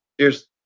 Cheers